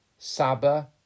Saba